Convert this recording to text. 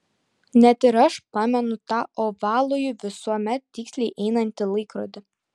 net ir aš pamenu tą ovalųjį visuomet tiksliai einantį laikrodį